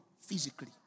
physically